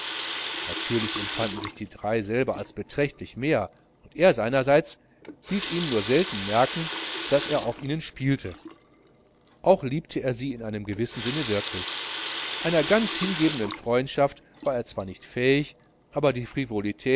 natürlich empfanden sich die drei selber als beträchtlich mehr und er seinerseits ließ es ihnen nur selten merken daß er auf ihnen spielte auch liebte er sie in einem gewissen sinne wirklich einer ganz hingebenden freundschaft war er zwar nicht fähig aber die